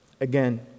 Again